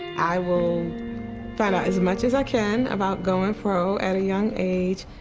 i will find out as much as i can about going pro at a young age.